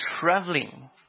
traveling